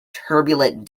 turbulent